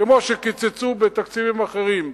כמו שקיצצו בתקציבים אחרים.